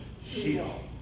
heal